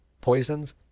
poisons